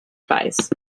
advice